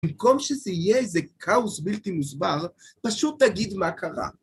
במקום שזה יהיה איזה כאוס בלתי מוסבר, פשוט תגיד מה קרה.